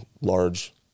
large